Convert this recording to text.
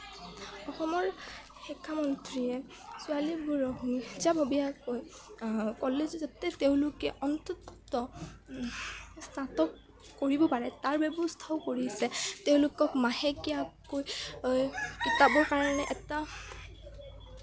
অসমৰ শিক্ষা মন্ত্ৰীয়ে ছোৱালীবোৰক নিজাববীয়াকৈ কলেজ যাতে তেওঁলোকে অন্তত স্নাতক কৰিব পাৰে তাৰ ব্যবস্থাও কৰিছে তেওঁলোকক মাহেকীয়াকৈ কিতাপৰ কাৰণে এটা